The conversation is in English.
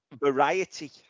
Variety